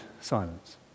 silence